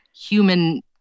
human